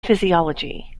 physiology